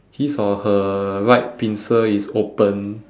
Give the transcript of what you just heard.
his or her right pincer is open